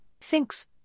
thinks